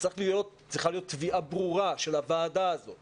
צריכה להיות תביעה ברורה של הוועדה הזאת